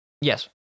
Yes